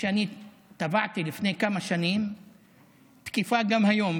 שאני טבעתי לפני כמה שנים תקפה גם היום,